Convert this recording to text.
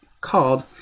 called